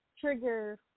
trigger